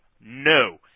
no